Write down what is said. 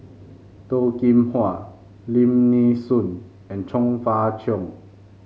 Toh Kim Hwa Lim Nee Soon and Chong Fah Cheong